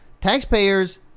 Taxpayers